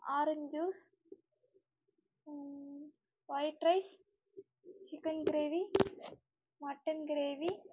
orange juice white rice chicken gravy mutton gravy